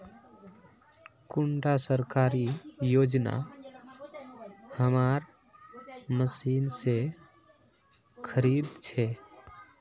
कुंडा सरकारी योजना हमार मशीन से खरीद छै?